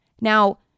Now